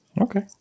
Okay